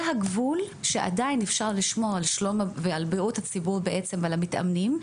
זה הגבול שעדיין אפשר לשמור על שלום ועל בריאות הציבור ועל המתאמנים,